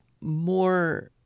more